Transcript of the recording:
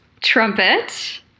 trumpet